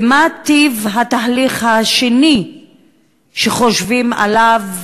מה טיב התהליך השני שחושבים עליו?